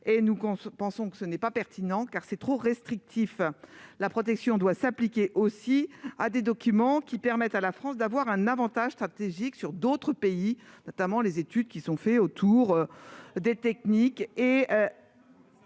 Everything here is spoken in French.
Nous pensons que ce n'est pas pertinent, car c'est trop restrictif. La protection doit s'appliquer aussi à des documents qui permettent à la France d'avoir un avantage stratégique sur d'autres pays ; je pense notamment aux études réalisées sur des techniques.